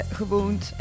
gewoond